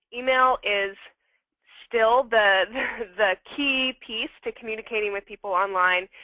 email is still the the key piece to communicating with people online.